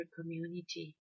community